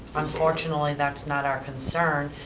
unfortunately, that's not our concern.